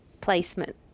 placement